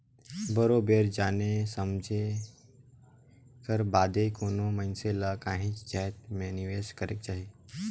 बरोबेर जाने समुझे कर बादे कोनो मइनसे ल काहींच जाएत में निवेस करेक जाही